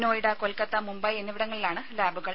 നോയിഡ കൊൽക്കത്ത മുംബൈ എന്നിവിടങ്ങളിലാണ് ലാബുകൾ